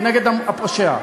כנגד הפושע.